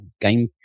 game